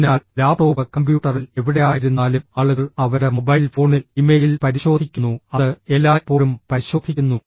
അതിനാൽ ലാപ്ടോപ്പ് കമ്പ്യൂട്ടറിൽ എവിടെയായിരുന്നാലും ആളുകൾ അവരുടെ മൊബൈൽ ഫോണിൽ ഇമെയിൽ പരിശോധിക്കുന്നു അത് എല്ലായ്പ്പോഴും പരിശോധിക്കുന്നു